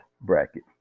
bracket